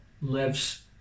lives